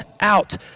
out